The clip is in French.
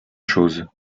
chose